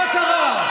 מה קרה?